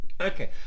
Okay